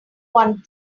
one